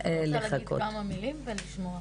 אני אגיד כמה מילים, ולשמוע.